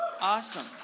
Awesome